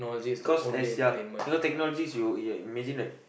cause as ya you know technologies you ya imagine like